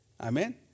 Amen